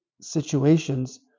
situations